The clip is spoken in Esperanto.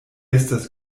estas